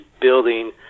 building